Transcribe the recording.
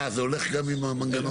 אה זה הולך גם עם המנגנון.